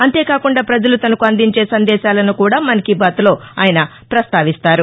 అంతేకాకుండా ప్రపజలు తనకు అందించే సందేశాలను కూడా మన్ కీ బాత్లో ఆయన ప్రస్తావిస్తారు